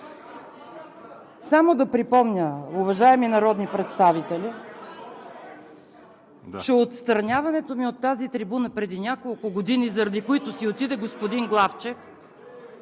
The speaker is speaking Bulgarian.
Само да припомня, уважаеми народни представители, че отстраняването ми от тази трибуна преди няколко години, заради които си отиде господин Главчев,